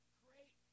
great